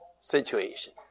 situation